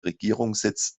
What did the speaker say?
regierungssitz